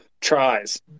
tries